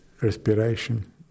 respiration